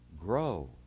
grow